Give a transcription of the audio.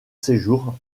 séjour